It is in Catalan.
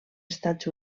estats